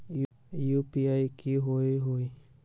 UPI कि होअ हई?